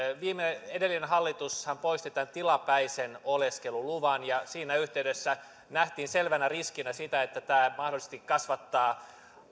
edellinen hallitushan poisti tämän tilapäisen oleskeluluvan ja siinä yhteydessä nähtiin selvänä riskinä se että tämä mahdollisesti kasvattaa